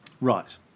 Right